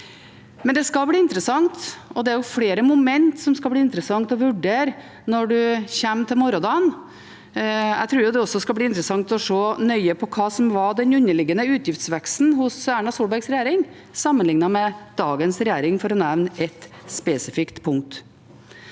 Det er flere momenter som det blir interessant å vurdere i morgen. Jeg tror også det skal bli interessant å se på hva som var den underliggende utgiftsveksten hos Erna Solbergs regjering sammenliknet med dagens regjering, for å nevne ett spesifikt punkt.